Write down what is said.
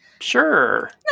sure